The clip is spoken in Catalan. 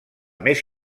més